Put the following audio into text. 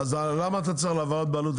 למה בכלל צריך הקלטות?